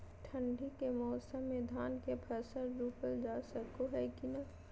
ठंडी के मौसम में धान के फसल रोपल जा सको है कि नय?